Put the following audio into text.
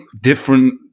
different